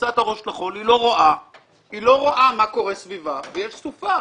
מכניסה את הראש לחול והיא לא רואה מה קורה סביבה ויש סופה.